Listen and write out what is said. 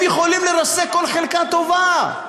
הם יכולים לרסק כל חלקה טובה,